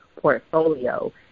portfolio